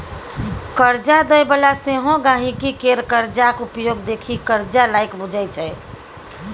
करजा दय बला सेहो गांहिकी केर करजाक उपयोग देखि करजा लायक बुझय छै